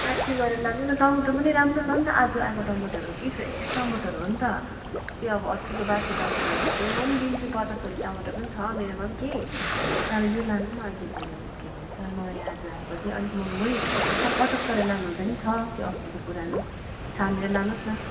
साठी गरेर लानु न टमाटर पनि राम्रो छ नि त आज आएको टमाटर हो कि फ्रेस टमाटर हो नि त त्यो अब अस्तिको बासी टमाटर भए चाहिँ म पनि दिन्छु पचासवाले टमाटर पनि मेरोमा पनि छ कि तर यो लानु न अहिलेको यो के भन्छ नयाँ आज आएको चाहिँ अलिक महँगै छ पचास गरेर लानु हुन्छ भने पनि छ त्यो अस्तिको पुरानो छानेर लानुहोस् न